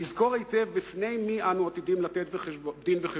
נזכור היטב בפני מי אנו עתידים לתת דין-וחשבון.